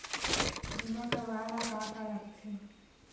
बीमा करवाय ला का का लगथे?